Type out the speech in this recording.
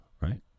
right